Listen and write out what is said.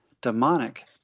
demonic